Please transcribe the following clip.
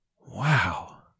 Wow